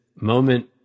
moment